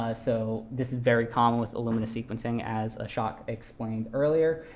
ah so this is very common with illumina sequencing as ashok explained earlier.